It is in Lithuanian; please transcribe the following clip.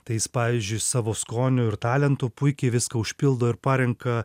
tai jis pavyzdžiui savo skoniu ir talentu puikiai viską užpildo ir parenka